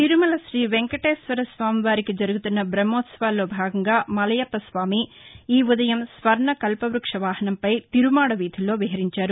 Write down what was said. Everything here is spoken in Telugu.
తిరుమల శ్రీ వేంకటేశ్వర స్వామి వారికి జరుగుతున్న బహ్మోత్పవాల్లో భాగంగా మలయప్పస్వామి ఈ ఉదయం స్వర్ణ కల్పవృక్ష వాహనం పై తిరుమాడ వీధుల్లో విహరించారు